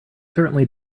certainly